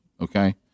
okay